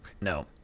No